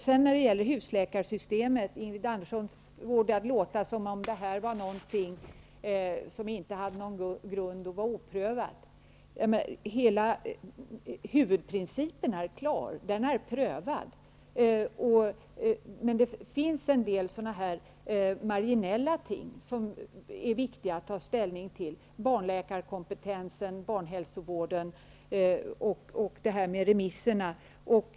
Ingrid Andersson får det att låta som om husläkarsystemet inte har någon grund och är oprövat. Huvudprincipen är klar. Den är prövad. Men det finns en del marginella ting som är viktiga att ta ställning till -- barnläkarkompetensen, barnhälsovården och remissförfarandet.